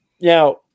Now